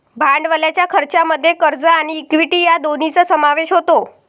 भांडवलाच्या खर्चामध्ये कर्ज आणि इक्विटी या दोन्हींचा समावेश होतो